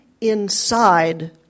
inside